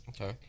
Okay